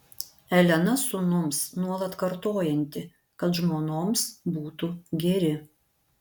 elena sūnums nuolat kartojanti kad žmonoms būtų geri